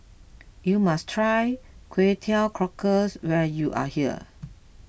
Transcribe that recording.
you must try Kway Teow Cockles when you are here